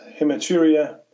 hematuria